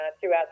throughout